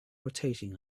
rotating